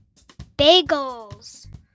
Bagels